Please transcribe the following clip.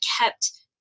kept